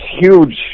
huge